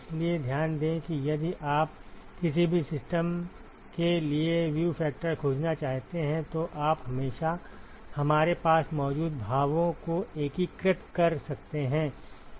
इसलिए ध्यान दें कि यदि आप किसी भी सिस्टम के लिए व्यू फैक्टर खोजना चाहते हैं तो आप हमेशा हमारे पास मौजूद भावों को एकीकृत कर सकते हैं